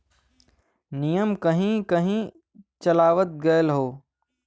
नियम कहीं कही चलावल गएल हौ